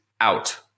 out